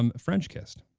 um french kissed?